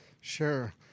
Sure